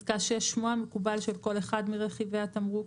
שמו המקובל של כל אחד מרכיבי התמרוק.